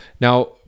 Now